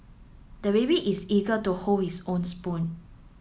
the baby is eager to hold his own spoon